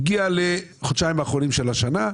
הגיע לחודשיים האחרונים של השנה,